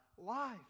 life